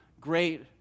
great